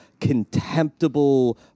contemptible